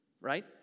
right